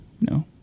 No